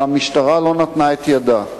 והמשטרה לא נתנה ידה.